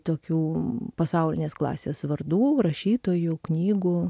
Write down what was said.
tokių pasaulinės klasės vardų rašytojų knygų